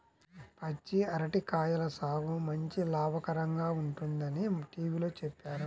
పచ్చి అరటి కాయల సాగు మంచి లాభకరంగా ఉంటుందని టీవీలో చెప్పారు